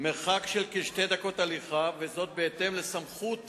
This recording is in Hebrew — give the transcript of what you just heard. מרחק כשתי דקות הליכה, וזאת בהתאם לסמכות